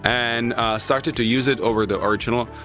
and started to use it over the original,